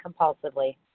compulsively